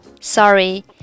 Sorry